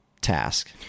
task